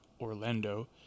Orlando